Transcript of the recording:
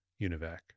UNIVAC